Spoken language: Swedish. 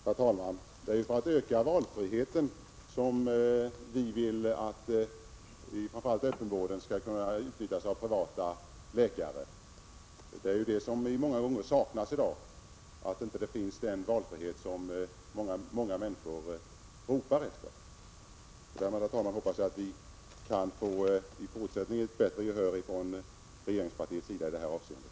Herr talman! Det är ju för att öka valfriheten som vi vill att privatläkare skall kunna utnyttjas i framför allt öppenvården. Vad som ofta saknas i dag är ju den valfrihet som många människor ropar efter. Jag hoppas, herr talman, att vi i fortsättningen kan få bättre gehör från regeringspartiets sida i detta avseende.